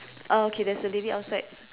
oh okay there's a lady outside